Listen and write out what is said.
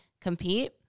compete